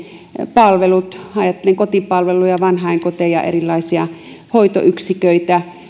palvelut ajattelen kotipalveluja vanhainkoteja erilaisia hoitoyksiköitä